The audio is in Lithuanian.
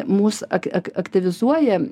mus ak ak aktyvizuoja